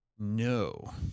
No